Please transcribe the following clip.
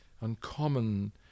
uncommon